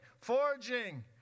forging